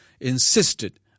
insisted